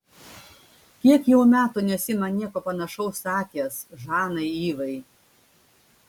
kiek jau metų nesi man nieko panašaus sakęs žanai ivai